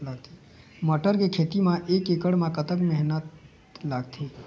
मटर के खेती म एक एकड़ म कतक मेहनती लागथे?